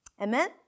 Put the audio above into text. Amen